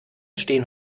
stehen